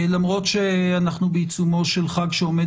למרות שאנחנו בעיצומו של חג שעומד